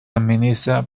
administra